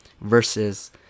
versus